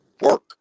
work